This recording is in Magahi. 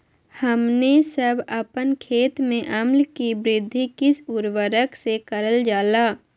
हमने सब अपन खेत में अम्ल कि वृद्धि किस उर्वरक से करलजाला?